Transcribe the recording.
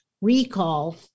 recall